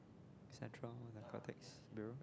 central narcotics bureau